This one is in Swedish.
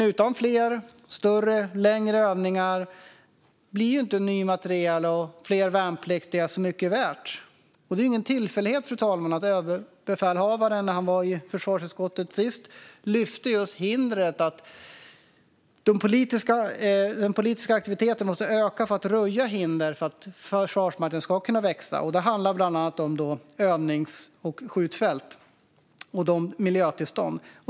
Utan fler, större och längre övningar blir ny materiel och fler värnpliktiga inte så mycket värt. Fru talman! Det är ingen tillfällighet att överbefälhavaren när han senast var i försvarsutskottet menade att den politiska aktiviteten måste öka för att röja hinder för att försvarsmakten ska kunna växa. Det handlar bland annat om miljötillstånd för övnings och skjutfält och flygfält.